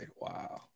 Wow